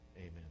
Amen